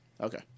Okay